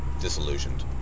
disillusioned